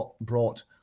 brought